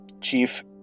chief